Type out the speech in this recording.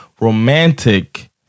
romantic